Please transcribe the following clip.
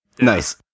Nice